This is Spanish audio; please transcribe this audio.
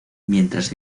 mientras